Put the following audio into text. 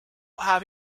have